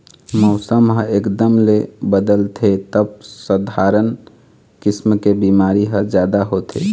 मउसम ह एकदम ले बदलथे तब सधारन किसम के बिमारी ह जादा होथे